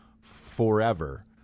forever